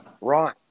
Right